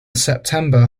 september